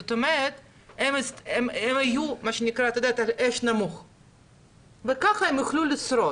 זאת אומרת הם יהיו מה שנקרא על אש נמוכה וככה הם יוכלו לשרוד,